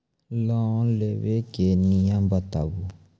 Loan लेबे के नियम बताबू?